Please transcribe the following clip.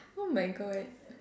oh my god